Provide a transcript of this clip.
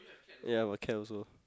ya but cat also